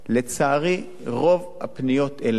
לצערי, רוב הפניות אלינו,